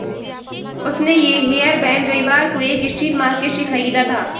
उसने ये हेयरबैंड रविवार को एक स्ट्रीट मार्केट से खरीदा था